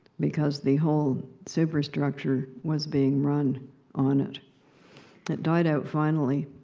because the whole superstructure was being run on it. it died out, finally,